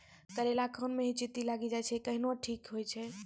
करेला खान ही मे चित्ती लागी जाए छै केहनो ठीक हो छ?